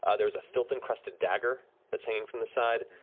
ah there's a filth-encrusted dagger that's hanging from the side,